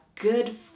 good